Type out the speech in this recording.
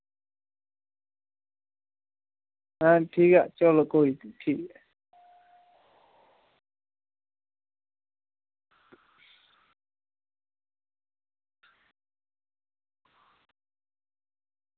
आं ठीक ऐ चलो कोई निं ठीक ऐ